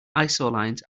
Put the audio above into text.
isolines